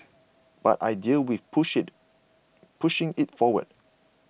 but I deal with push it pushing it forward